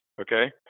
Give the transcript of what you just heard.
okay